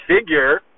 figure